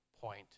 point